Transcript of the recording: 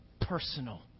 personal